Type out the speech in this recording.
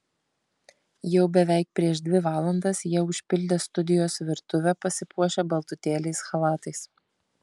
jau beveik prieš dvi valandas jie užpildė studijos virtuvę pasipuošę baltutėliais chalatais